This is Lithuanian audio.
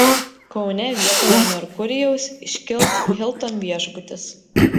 kaune vietoje merkurijaus iškils hilton viešbutis